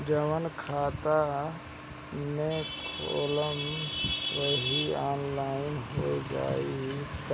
जवन खाता बैंक में खोलम वही आनलाइन हो जाई का?